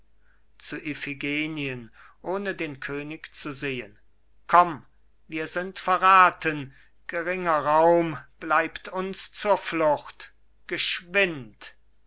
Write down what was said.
zu iphigenien ohne den könig zu sehen komm wir sind verrathen geringer raum bleibt uns zur flucht geschwind